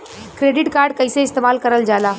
Credit card कईसे इस्तेमाल करल जाला?